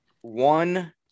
one